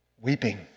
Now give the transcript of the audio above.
weeping